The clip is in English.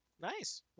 Nice